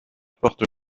porte